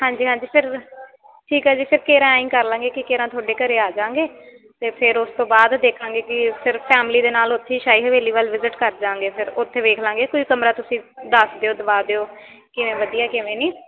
ਹਾਂਜੀ ਹਾਂਜੀ ਸਰ ਠੀਕ ਆ ਜੀ ਸਰ ਕੇਰਾਂ ਐ ਕਰ ਲਵਾਂਗੇ ਕਿ ਕੇਰਾਂ ਤੁਹਾਡੇ ਘਰ ਆ ਜਾਵਾਂਗੇ ਅਤੇ ਫਿਰ ਉਸ ਤੋਂ ਬਾਅਦ ਦੇਖਾਂਗੇ ਕਿ ਸਿਰਫ ਫੈਮਿਲੀ ਦੇ ਨਾਲ ਉੱਥੇ ਸ਼ਾਹੀ ਹਵੇਲੀ ਵੱਲ ਵਿਜਿਟ ਕਰ ਜਵਾਂਗੇ ਫਿਰ ਉੱਥੇ ਵੇਖ ਲਵਾਂਗੇ ਕੋਈ ਕਮਰਾ ਤੁਸੀਂ ਦੱਸ ਦਿਓ ਦਿਵਾ ਦਿਓ ਕਿਵੇਂ ਵਧੀਆ ਕਿਵੇਂ ਨਹੀਂ